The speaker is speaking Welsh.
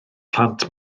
plant